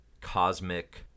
cosmic